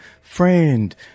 friend